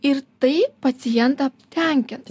ir tai pacientą tenkins